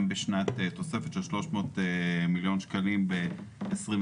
גם תוספת של 300 מיליון שקלים ב-2021,